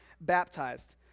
baptized